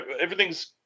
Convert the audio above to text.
everything's